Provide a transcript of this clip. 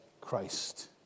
Christ